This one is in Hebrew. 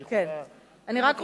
כן, מקסימום אני אחזור על זה.